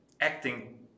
acting